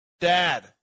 dad